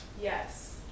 Yes